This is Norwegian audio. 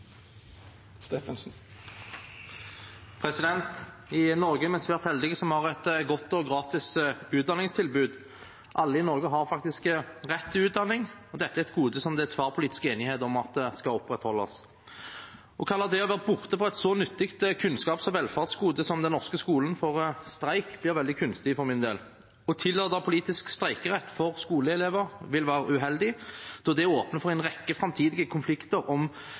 utenfor skoletiden. I Norge er vi svært heldige som har et godt og gratis utdanningstilbud. Alle i Norge har faktisk rett til utdanning, og dette er et gode som det er tverrpolitisk enighet om skal opprettholdes. Å kalle det å være borte fra et så nyttig kunnskaps- og velferdsgode som den norske skolen for streik, blir veldig kunstig for min del. Å tillate politisk streikerett for skoleelever vil være uheldig, da det åpner for en rekke framtidige konflikter om